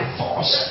force